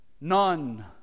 None